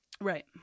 Right